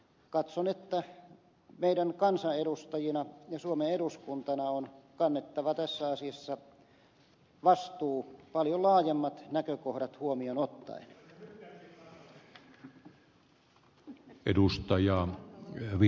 katson että meidän kansanedustajina ja suomen eduskuntana on kannettava tässä asiassa vastuu paljon laajemmat näkökohdat huomioon ottaen